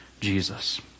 Jesus